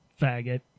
faggot